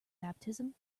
baptism